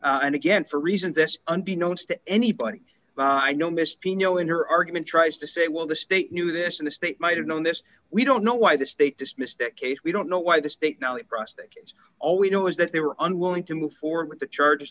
case and again for reasons this unbeknownst to anybody but i know mr pino in your argument tries to say well the state knew the and the state might have known this we don't know why the state dismissed that case we don't know why the state know it prosecutes all we know is that they were unwilling to move forward with the charge